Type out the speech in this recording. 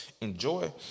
enjoy